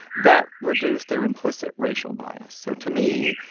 that reduced their implicit racial bias so to me,